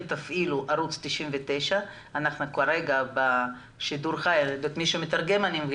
שימו לב, בערוץ 99 שמשדר את הדיון בשידור חי יש